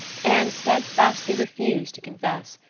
anne steadfastly refused to confess.